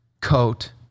coat